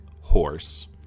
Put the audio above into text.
horse